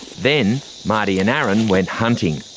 then marty and aaron went hunting.